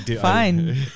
Fine